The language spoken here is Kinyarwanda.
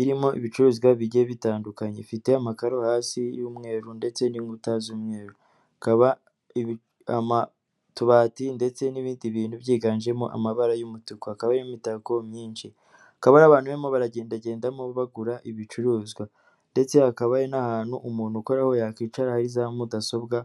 irimo ibicuruzwa bigiye bitandukanye. Ifite amakaro hasi y'umweru, ndetse n'inkuta z'umweru. Ikaba utubati ndetse n'ibindi bintu byiganjemo amabara y'umutuku. Hakaba harimo imitako myinshi. Hakaba hari abantu barimo baragendagendamo bagura ibicuruzwa. Ndetse hakaba hari n'ahantu umuntu ukoraho yakwicara hari za mudasobwa...